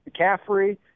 McCaffrey